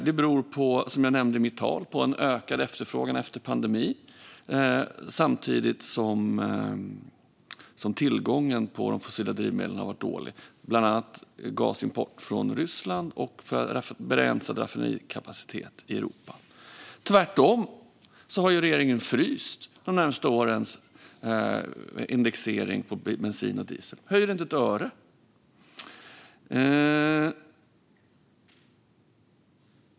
Det beror på, som jag nämnde i mitt tal, en ökad efterfrågan efter pandemin samtidigt som tillgången på de fossila drivmedlen har varit dålig, bland annat gasimport från Ryssland, och en begränsad raffinaderikapacitet i Europa. Tvärtom har regeringen fryst de närmaste årens indexering på bensin och diesel och höjer inte ett öre.